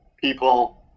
people